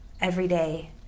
everyday